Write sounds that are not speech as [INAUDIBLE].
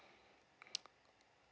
[NOISE]